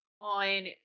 on